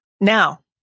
Now